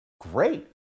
great